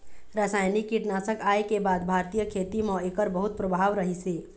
रासायनिक कीटनाशक आए के बाद भारतीय खेती म एकर बहुत प्रभाव रहीसे